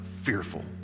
fearful